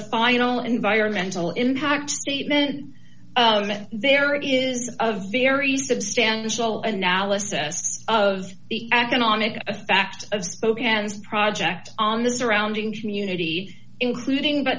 final environmental impact statement that there is a very substantial analysis of the economic impact of spokane's project on the surrounding community including but